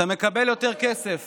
אתה מקבל יותר כסף